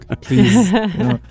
please